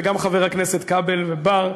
וגם חברי הכנסת כבל ובר,